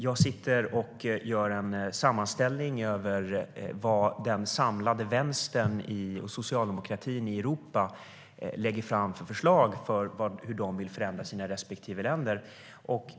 Jag sitter och gör en sammanställning av vilka förslag som den samlade vänstern och socialdemokratin i Europa lägger fram om hur de vill förändra sina respektive länder.